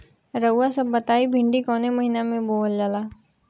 रउआ सभ बताई भिंडी कवने महीना में बोवल जाला?